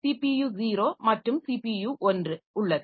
CPU 0 மற்றும் CPU 1 உள்ளது